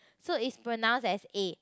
so it's pronounced as A